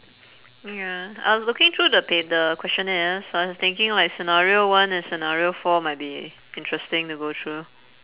ya I was looking through the pa~ the questionnaires so I was thinking like scenario one and scenario four might be interesting to go through